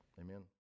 Amen